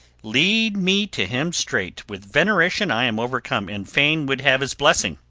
lead me to him straight with veneration i am overcome, and fain would have his blessing.